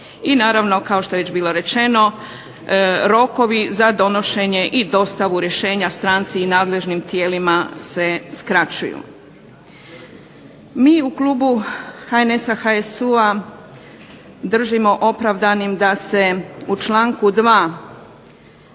i naravno kao što je već bilo rečeno rokovi za donošenje i dostavu rješenja stranci i nadležnim tijelima se skraćuju. Mi u klubu HNS-a, HSU-a držimo opravdanim da se u članku 2.